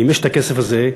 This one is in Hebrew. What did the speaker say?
אם יש הכסף הזה,